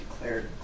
declared